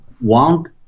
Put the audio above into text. want